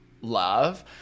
love